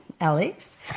Alex